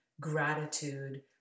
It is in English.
gratitude